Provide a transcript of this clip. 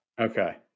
Okay